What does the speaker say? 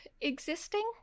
existing